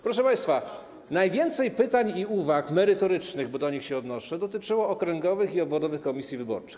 Proszę państwa, najwięcej pytań i uwag merytorycznych, bo do nich się odnoszę, dotyczyło okręgowych i obwodowych komisji wyborczych.